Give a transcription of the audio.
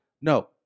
no